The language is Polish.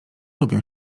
lubią